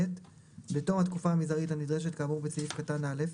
(ב) בתום התקופה המזערית הנדרשת כאמור בסעיף קטן (א),